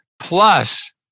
Plus